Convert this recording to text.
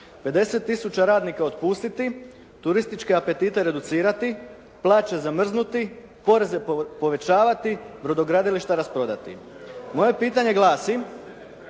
tisuća radnika otpustiti, turističke apetite reducirati, plaće zamrznuti, poreze povećavati, brodogradilišta rasprodati. Moje pitanje glasi,